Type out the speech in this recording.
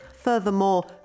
Furthermore